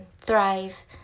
thrive